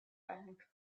bank